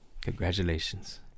Congratulations